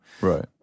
Right